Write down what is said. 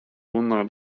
bunlar